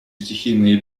стихийные